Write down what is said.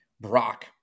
Brock